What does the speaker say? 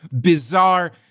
bizarre